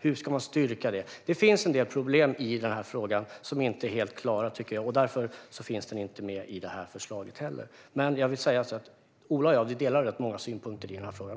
Hur ska man styrka det? Det finns en del problem i den här frågan som inte är helt lösta. Därför finns den inte med i förslaget. Men jag vill säga att Ola och jag delar rätt många synpunkter också i den här frågan.